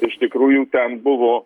iš tikrųjų ten buvo